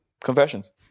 Confessions